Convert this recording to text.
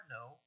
No